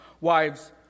Wives